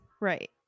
Right